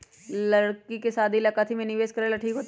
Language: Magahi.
लड़की के शादी ला काथी में निवेस करेला ठीक होतई?